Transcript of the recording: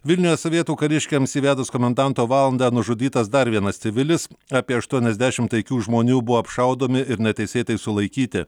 vilniuje sovietų kariškiams įvedus komendanto valandą nužudytas dar vienas civilis apie aštuoniasdešim taikių žmonių buvo apšaudomi ir neteisėtai sulaikyti